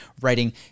writing